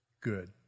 good